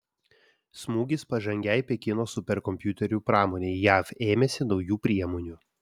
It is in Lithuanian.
smūgis pažangiai pekino superkompiuterių pramonei jav ėmėsi naujų priemonių